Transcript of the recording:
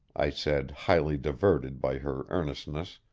i said, highly diverted by her earnestness,